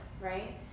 right